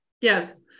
Yes